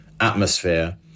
atmosphere